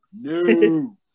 no